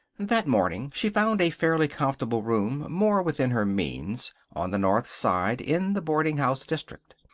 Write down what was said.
that morning she found a fairly comfortable room, more within her means, on the north side in the boardinghouse district.